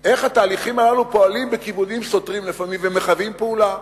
איך התהליכים הללו פועלים בכיוונים סותרים לפעמים ומחייבים פעולה.